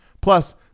Plus